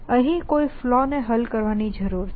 અહીં કોઈક ફલૉ ને હલ કરવાની જરૂર છે